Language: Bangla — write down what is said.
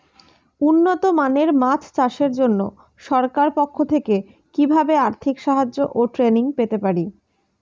উন্নত মানের মাছ চাষের জন্য সরকার পক্ষ থেকে কিভাবে আর্থিক সাহায্য ও ট্রেনিং পেতে পারি?